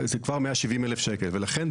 זה כבר 170,000. ולכן,